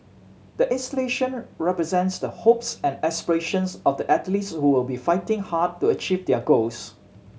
the installation represents the hopes and aspirations of the athletes who will be fighting hard to achieve their goals